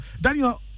Daniel